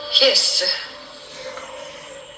yes